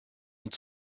und